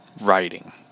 Writing